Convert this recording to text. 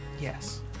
Yes